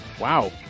Wow